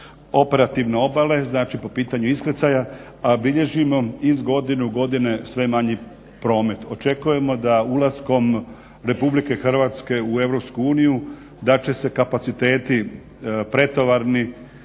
operativne obale znači po pitanju iskrcaja a bilježimo iz godine u godinu sve manji promet. Očekujemo da ulaskom RH u EU da će se kapaciteti pretovarni